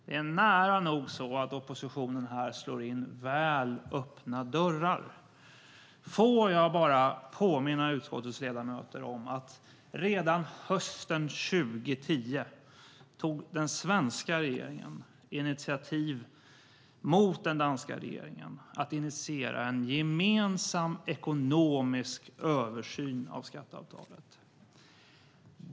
Det är nära nog så att oppositionen här slår in väl öppna dörrar. Får jag bara påminna utskottets ledamöter om att redan hösten 2010 tog den svenska regeringen initiativ för att med den danska regeringen initiera en gemensam ekonomisk översyn av skatteavtalet.